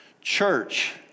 Church